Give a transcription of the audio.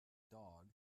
dog